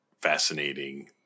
fascinating